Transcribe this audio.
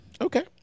Okay